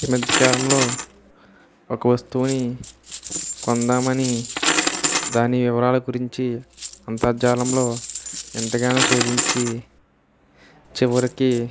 ఈ మధ్యకాలంలో ఒక వస్తువుని కొందామని దాని వివరాల గురించి అంతర్జాలంలో ఎంతగానో శోధించి చివరికి